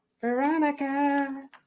Veronica